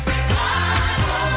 Revival